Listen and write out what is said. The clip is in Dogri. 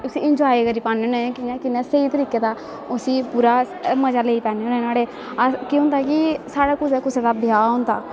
उसी इंजाए करी पान्ने होन्ने कि'यां कि'यां स्हेई तरीके दा उसी पूरा मजा लेई पान्ने होन्ने नुहाड़े केह् होंदा कि साढ़े कुदै कुसै दा ब्याह् होंदा